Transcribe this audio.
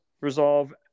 resolve